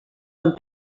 amb